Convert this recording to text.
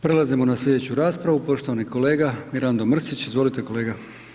Prelazimo na sljedeću raspravu, poštovani kolega Mirando Mrsić, izvolite kolega.